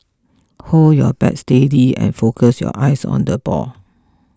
hold your bat steady and focus your eyes on the ball